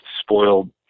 spoiled